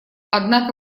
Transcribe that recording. однако